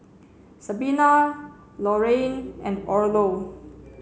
Sabina Lorayne and Orlo